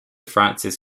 frances